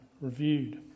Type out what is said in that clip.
reviewed